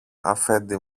αφέντη